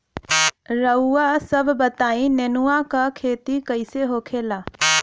रउआ सभ बताई नेनुआ क खेती कईसे होखेला?